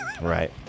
Right